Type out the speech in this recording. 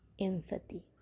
empathy